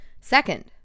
Second